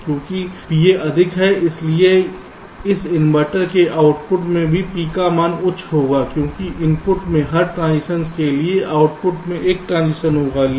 इसलिए क्योंकि PA अधिक है इसलिए इस इन्वर्टर के आउटपुट में भी P का मान उच्च होगा क्योंकि इनपुट में हर ट्रांजिशन के लिए आउटपुट में एक ट्रांजिशन होगा